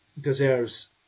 deserves